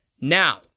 Now